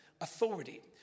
authority